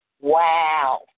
Wow